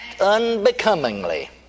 unbecomingly